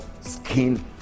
skin